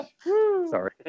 Sorry